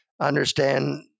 understand